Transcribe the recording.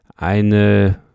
Eine